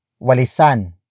Walisan